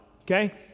okay